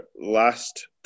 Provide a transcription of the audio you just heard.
last